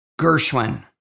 Gershwin